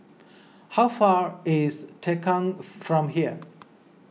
how far is Tongkang from here